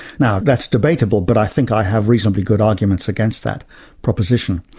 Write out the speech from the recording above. now that's debatable, but i think i have reasonably good arguments against that proposition.